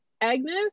Agnes